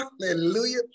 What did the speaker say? Hallelujah